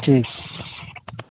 ٹھیک